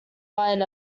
wine